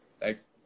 Thanks